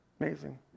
Amazing